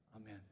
Amen